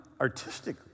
artistic